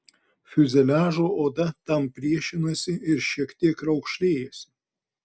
fiuzeliažo oda tam priešinasi ir šiek tiek raukšlėjasi